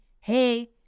hey